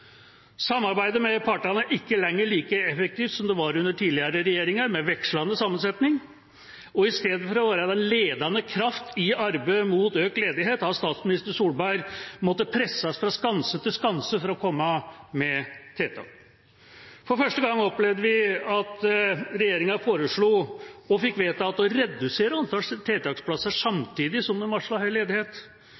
Samarbeidet med partene er ikke lenger like effektivt som det var under tidligere regjeringer med vekslende sammensetning. Og istedenfor å være den ledende kraft i arbeidet mot økt ledighet har statsminister Solberg måttet presses fra skanse til skanse for å komme med tiltak. For første gang opplevde vi at regjeringa foreslo – og fikk vedtatt – å redusere antall tiltaksplasser,